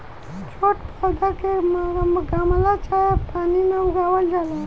छोट पौधा के गमला चाहे पन्नी में उगावल जाला